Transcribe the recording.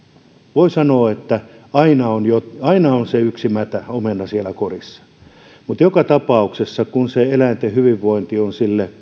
voi sanoa että aina on yksi mätä omena siellä korissa mutta joka tapauksessa eläinten hyvinvointi on